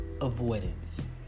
avoidance